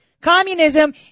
Communism